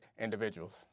individuals